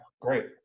great